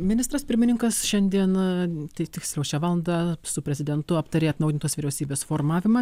ministras pirmininkas šiandien tai tiksliau šią valandą su prezidentu aptarė atnaujintos vyriausybės formavimą